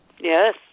Yes